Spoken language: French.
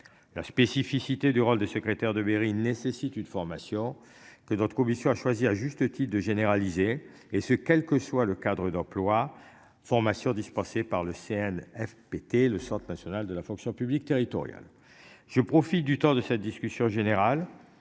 La spécificité du rôle de secrétaire de mairie nécessite une formation que notre commission a choisi à juste titre de généraliser et ce quel que soit le cadre d'emploi formation dispensée par le ciel FPT, le Centre national de la fonction publique territoriale. Je profite du temps de cette discussion générale